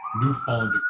newfound